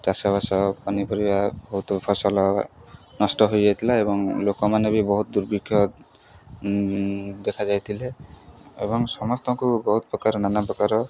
ଚାଷବାସ ପନିପରିବା ବହୁତ ଫସଲ ନଷ୍ଟ ହୋଇଯାଇଥିଲା ଏବଂ ଲୋକମାନେ ବି ବହୁତ ଦୁର୍ଭିକ୍ଷ ଦେଖାଯାଇ ଥିଲେ ଏବଂ ସମସ୍ତଙ୍କୁ ବହୁତ ପ୍ରକାର ନାନା ପ୍ରକାର